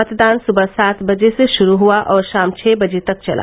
मतदान सुबह सात बजे से शुरू हुआ जो शाम छह बजे तक चला